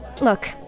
Look